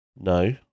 No